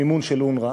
המימון של אונר"א.